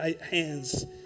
hands